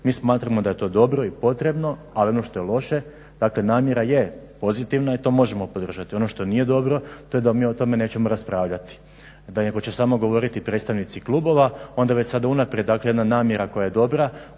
mi smatramo da je to dobro i potrebno ali ono što je loše dakle namjera je pozitivna i to možemo podržati. Ono što nije dobro to je da mi o tome nećemo raspravljati nego će samo govoriti predstavnici klubova onda već sada unaprijed dakle jedna namjera koja je dobra